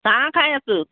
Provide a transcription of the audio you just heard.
চাহ খাই আছো